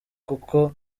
kuko